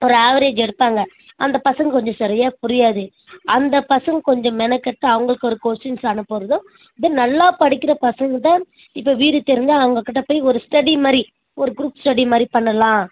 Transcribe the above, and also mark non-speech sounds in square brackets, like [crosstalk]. ஒரு ஆவரேஜ் எடுப்பாங்க அந்த பசங்க கொஞ்சம் சரியாக புரியாது அந்த பசங்க கொஞ்சம் மெனக்கெட்டு அவங்களுக்கு ஒரு கொஸின்ஸ் அனுப்புறதும் தென் நல்லா படிக்கிற பசங்க தான் இதை வீடு [unintelligible] அவங்க கிட்ட போய் ஒரு ஸ்டெடி மாதிரி ஒரு க்ரூப் ஸ்டெடி மாதிரி பண்ணலாம்